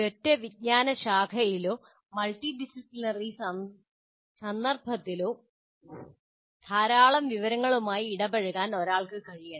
ഒരൊറ്റ വിജ്ഞാനശാഖയിലോ മൾട്ടിഡിസിപ്ലിനറി സന്ദർഭത്തിലോ ധാരാളം വിവരങ്ങളുമായി ഇടപഴകാൻ ഒരാൾക്ക് കഴിയണം